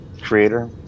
creator